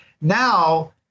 Now